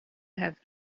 have